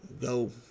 Go